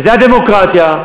וזו הדמוקרטיה,